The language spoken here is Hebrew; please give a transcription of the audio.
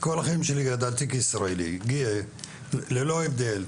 כל החיים שלי גדלתי כישראלי גאה, ללא הבדל.